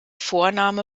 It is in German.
vorname